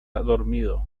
dormido